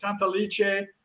Cantalice